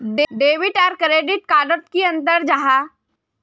Debit आर credit card डोट की अंतर जाहा?